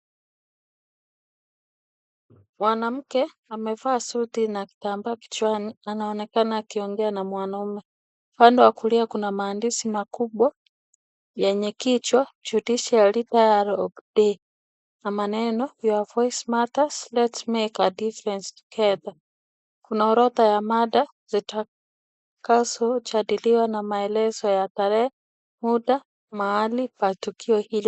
Mwanamke amevaa suti na kitamba kichwani, anaonekana akiongea na mwanaume. Pande wa kulia kuna maandishi makubwa yenye kichwa judiciary dialogue day , na maneno, your voice matter lets make a difference together , kuna orodha ya mada zitakazojadiliwa na maelezo ya tarehe, muda, mahali pa tukio hiyo.